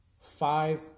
Five